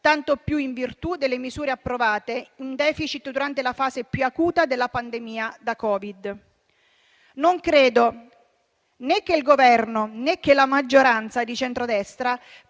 tanto più in virtù delle misure approvate in *deficit* durante la fase più acuta della pandemia da Covid. Non credo né che il Governo né che la maggioranza di centrodestra